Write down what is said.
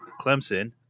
Clemson